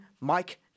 ...Mike